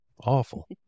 Awful